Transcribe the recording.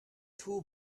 two